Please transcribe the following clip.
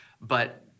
But-